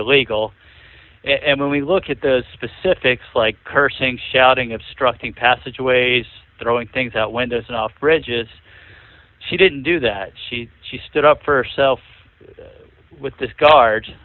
illegal and when we look at the specifics like cursing shouting obstructing passageways throwing things out when there's an off bridges she didn't do that she she stood up for herself with this guard